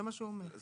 זה לא ברור?